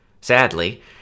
Sadly